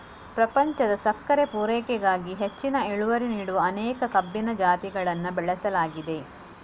ಪ್ರಪಂಚದ ಸಕ್ಕರೆ ಪೂರೈಕೆಗಾಗಿ ಹೆಚ್ಚಿನ ಇಳುವರಿ ನೀಡುವ ಅನೇಕ ಕಬ್ಬಿನ ಜಾತಿಗಳನ್ನ ಬೆಳೆಸಲಾಗಿದೆ